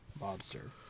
monster